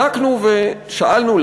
בדקנו ושאלנו,